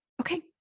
Okay